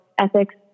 ethics